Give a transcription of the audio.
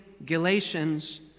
Galatians